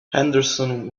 henderson